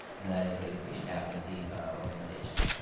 and that is a patient advocacy organization.